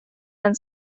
and